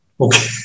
Okay